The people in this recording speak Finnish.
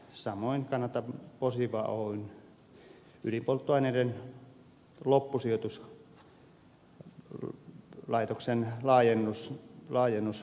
samoin kannatan posiva oyn ydinpolttoaineiden loppusijoituslaitoksen laajennuslupaa